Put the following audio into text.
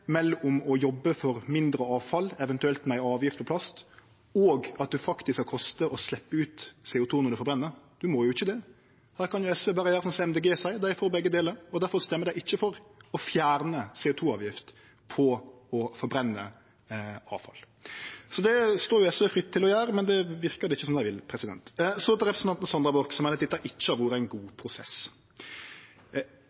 mellom å jobbe for mindre avfall, eventuelt med ei avgift på plast, og at det faktisk skal koste å sleppe ut CO 2 når ein forbrenner? Ein må jo ikkje det. Der kan SV berre gjere som Miljøpartiet Dei Grøne seier, dei er for begge delar, og difor røystar dei ikkje for å fjerne CO 2 -avgift på å forbrenne avfall. Så det står det SV fritt å gjere, men det verkar det ikkje som dei vil. Så til representanten Sandra Borch, som meiner at dette ikkje har vore ein god